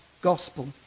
Gospel